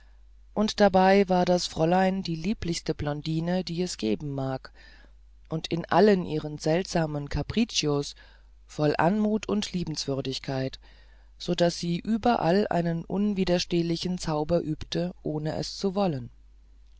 und dabei war das fräulein die lieblichste blondine die es geben mag und in allen ihren seltsamen capriccios voll anmut und liebenswürdigkeit so daß sie überall einen unwiderstehlichen zauber übte ohne es zu wollen